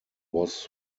was